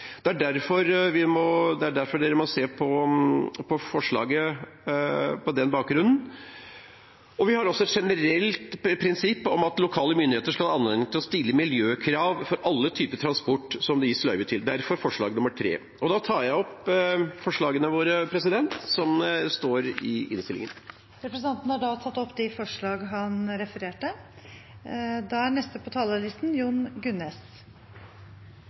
Det er derfor man må se på forslaget på den bakgrunnen. Vi har også et generelt prinsipp om at lokale myndigheter skal ha anledning til å stille miljøkrav til alle typer transport som det gis løyve til. Derfor forslag nr. 3. Da tar jeg opp forslagene våre, som står i innstillingen. Representanten Arne Nævra har tatt opp de forslagene han refererte